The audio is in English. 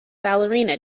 ballerina